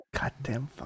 Goddamn